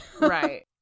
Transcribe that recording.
Right